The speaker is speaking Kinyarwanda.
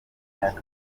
akato